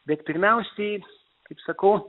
bet pirmiausiai kaip sakau